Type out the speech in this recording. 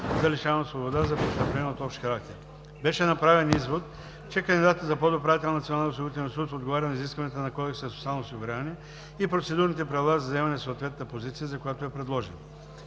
на лишаване от свобода за престъпления от общ характер. Беше направен извод, че кандидатът за подуправител на Националния осигурителен институт отговаря на изискванията на Кодекса за социално осигуряване и Процедурните правила за заемане на съответната позиция, за която е предложен.